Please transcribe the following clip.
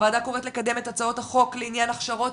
הועדה קוראת לקדם את הצעות החוק לעניין הכשרות